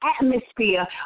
atmosphere